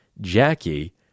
Jackie